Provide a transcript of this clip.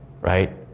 Right